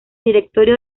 directorio